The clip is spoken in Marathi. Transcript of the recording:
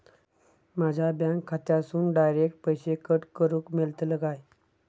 माझ्या बँक खात्यासून डायरेक्ट पैसे कट करूक मेलतले काय?